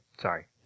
sorry